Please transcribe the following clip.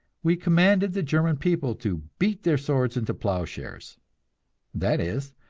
we commanded the german people to beat their swords into plough-shares that is,